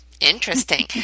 Interesting